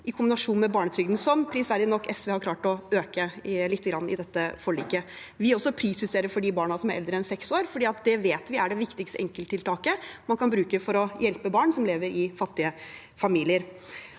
i kombinasjon med barnetrygden, som SV prisverdig nok har klart å øke lite grann i dette forliket. Vi prisjusterer også for de barna som er eldre enn seks år, for det vet vi er det viktigste enkelttiltaket man kan bruke for å hjelpe barn som lever i fattige familier.